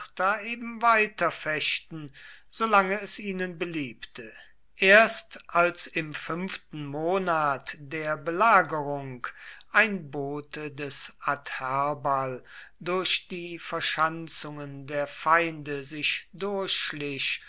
eben weiter fechten solange es ihnen beliebte erst als im fünften monat der belagerung ein bote des adherbal durch die verschanzungen der feinde sich